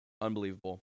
Unbelievable